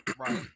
Right